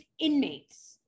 inmates